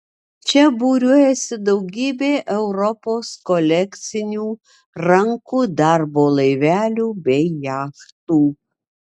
čia būriuojasi daugybė europos kolekcinių rankų darbo laivelių bei jachtų